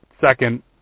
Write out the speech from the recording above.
second